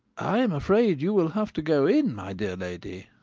i am afraid you will have to go in, my dear lady